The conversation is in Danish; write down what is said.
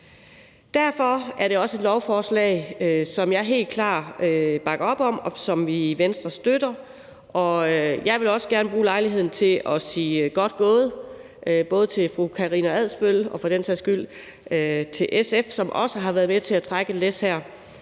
Derfor er det også et lovforslag, som jeg helt klart bakker op om, og som vi i Venstre støtter, og jeg vil også gerne bruge lejligheden til at sige, at det er godt gået, både til fru Karina Adsbøl og for den sags skyld til SF, som også har været med til at trække et læs her.